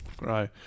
Right